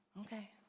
Okay